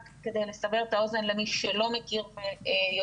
רק כדי לסבר את האוזן למי שלא מכיר ויודע,